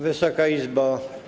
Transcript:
Wysoka Izbo!